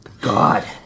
God